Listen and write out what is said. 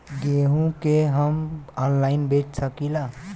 गेहूँ के हम ऑनलाइन बेंच सकी ला?